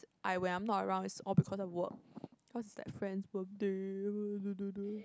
I when I'm not around it's all because of work hers is like friend's birthday